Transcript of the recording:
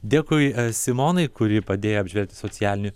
dėkui simonai kuri padėjo apžvelgti socialinių